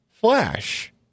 Flash